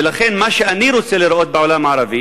ולכן, מה שאני רוצה לראות בעולם הערבי